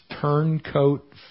turncoat